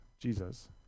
Jesus